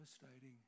devastating